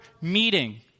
meeting